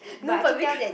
no but becau~